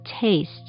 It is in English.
taste